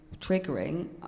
triggering